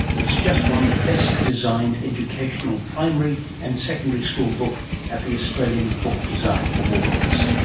it's just won the best designed educational primary and secondary school book at the australian book design awards